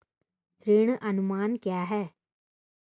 ऋण अनुमान क्या है?